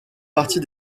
partie